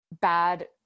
bad